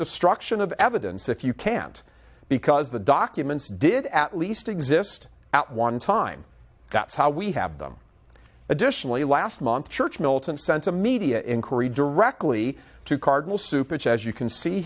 the struction of evidence if you can't because the documents did at least exist at one time that's how we have them additionally last month church militant sent a media inquiry directly to cardinal superchunk you can see